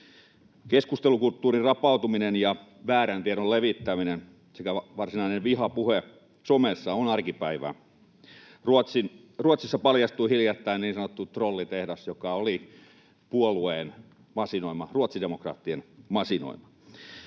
Keskustelukulttuurin rapautuminen ja väärän tiedon levittäminen sekä varsinainen vihapuhe somessa ovat arkipäivää. Ruotsissa paljastui hiljattain niin sanottu trollitehdas, joka oli puolueen masinoima, ruotsidemokraattien masinoima.